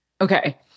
Okay